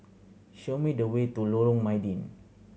show me the way to Lorong Mydin